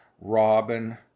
Robin